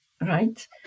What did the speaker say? right